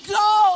go